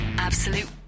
Absolute